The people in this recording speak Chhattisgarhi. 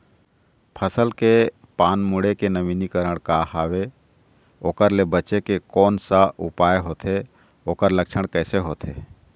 फसल के पान मुड़े के नवीनीकरण का हवे ओकर ले बचे के कोन सा उपाय होथे ओकर लक्षण कैसे होथे?